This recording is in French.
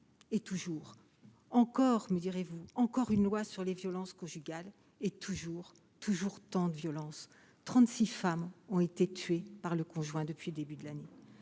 collègues, encore, me direz-vous, une loi sur les violences conjugales ! Et toujours tant de violences : 36 femmes ont été tuées par leur conjoint depuis le début de l'année.